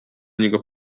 niego